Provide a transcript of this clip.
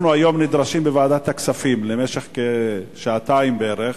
אנחנו היום נדרשים בוועדת הכספים למשך שעתיים בערך,